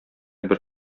бер